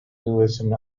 and